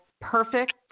perfect